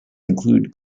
include